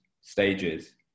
stages